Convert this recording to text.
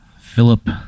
Philip